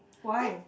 why